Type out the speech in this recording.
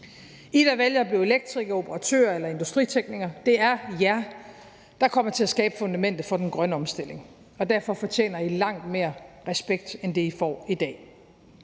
jer, der vælger at blive elektrikere, operatører eller industriteknikere, som kommer til at skabe fundamentet for den grønne omstilling. Derfor fortjener I langt mere respekt, end I får i dag.